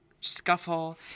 scuffle